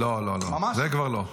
לא, לא, זה כבר לא.